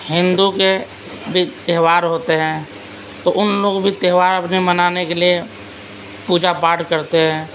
ہندو کے بھی تہوار ہوتے ہیں تو ان لوگ بھی تہوار اپنے منانے کے لیے پوجا پاٹھ کرتے ہیں